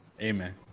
Amen